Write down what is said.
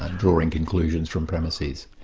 drawing conclusions from premises.